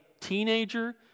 teenager